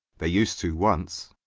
they used to once.